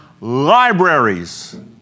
libraries